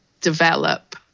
develop